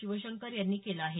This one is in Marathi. शिवशंकर यांनी केलं आहे